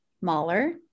Mahler